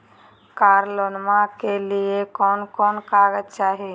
कार लोनमा के लिय कौन कौन कागज चाही?